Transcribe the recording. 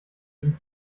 effect